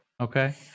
Okay